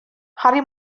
harri